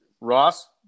Ross